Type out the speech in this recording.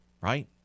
Right